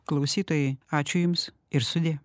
klausytojai ačiū jums ir sudie